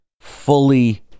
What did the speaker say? fully